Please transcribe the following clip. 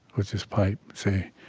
with this pipe say,